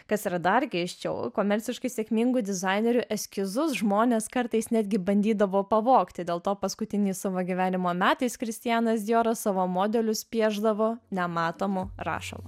kas yra dar keisčiau komerciškai sėkmingų dizainerių eskizus žmonės kartais netgi bandydavo pavogti dėl to paskutiniais savo gyvenimo metais kristianas dijoras savo modelius piešdavo nematomu rašalu